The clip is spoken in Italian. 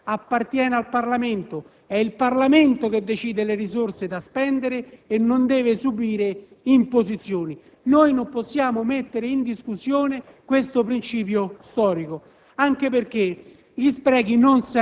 perché storicamente il bilancio appartiene al Parlamento. È il Parlamento che decide le risorse da spendere e non deve subire imposizioni. Non possiamo mettere in discussione questo principio storico